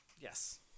yes